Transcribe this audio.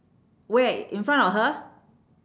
where in front of her